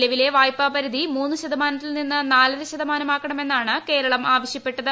നിലവിലെ വായ്പാ പരിധി മൂന്നര ശതമാനത്തിൽ നിന്ന് നാലര ശതമാനമാക്കണമെന്നാണ് കേരളം ആവ്യത്ത്പെട്ടത്